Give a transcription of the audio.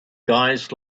guys